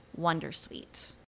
Wondersuite